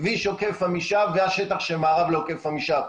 כביש עוקף עמישב והשטח שממערב לעוקף עמישב.